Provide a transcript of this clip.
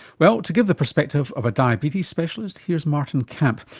well, to give the perspective of a diabetes specialist here's maarten kamp,